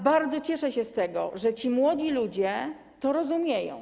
Bardzo cieszę się z tego, że ci młodzi ludzie to rozumieją.